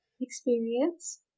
experience